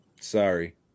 Sorry